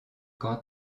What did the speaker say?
quand